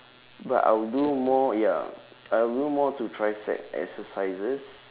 but I would do more ya I would do more to tricep exercises